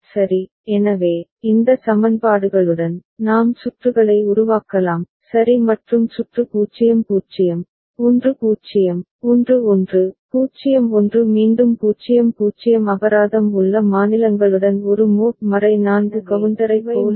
DB An' DA Bn எனவே இந்த சமன்பாடுகளுடன் நாம் சுற்றுகளை உருவாக்கலாம் சரி மற்றும் சுற்று 0 0 1 0 1 1 0 1 மீண்டும் 0 0 அபராதம் உள்ள மாநிலங்களுடன் ஒரு மோட் 4 கவுண்டரைப் போல செயல்படும்